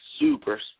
super